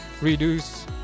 reduce